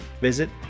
Visit